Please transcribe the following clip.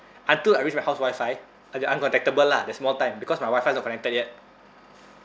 until I reach my house wifi I ju~ uncontactable lah that small time because my wifi is not connected yet